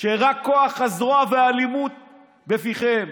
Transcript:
רק כוח הזרוע והאלימות בפיכם.